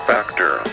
Factor